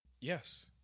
Yes